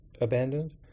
abandoned